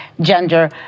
gender